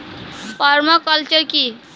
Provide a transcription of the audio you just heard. Parma culture কি?